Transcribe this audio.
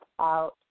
out